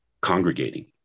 congregating